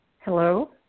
Hello